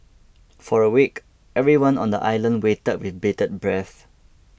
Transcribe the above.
for a week everyone on the island waited with bated breath